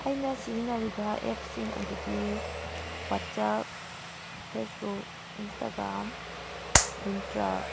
ꯑꯩꯅ ꯁꯤꯖꯤꯟꯅꯔꯤꯕ ꯑꯦꯞꯁꯤꯡ ꯑꯗꯨꯗꯤ ꯋꯥꯠꯆꯞ ꯐꯦꯁꯕꯨꯛ ꯏꯟꯁꯇꯒ꯭ꯔꯥꯝ ꯃꯤꯟꯇ꯭ꯔꯥ